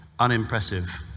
unimpressive